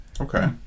Okay